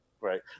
Right